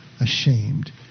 ashamed